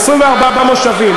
מושבים,